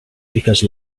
because